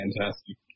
fantastic